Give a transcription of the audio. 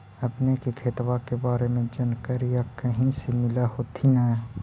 अपने के खेतबा के बारे मे जनकरीया कही से मिल होथिं न?